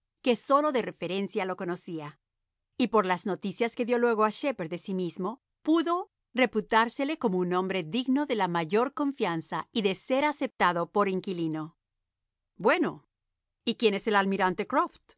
que sólo de referencia lo conocía y por las noticias que dió luego a shepherd de sí mismo pudo reputársele como un hombre digno de la mayor confianza y de ser aceptado por inquilino bueno y quién es el almirante